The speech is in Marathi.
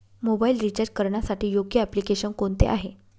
मोबाईल रिचार्ज करण्यासाठी योग्य एप्लिकेशन कोणते आहे?